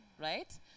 right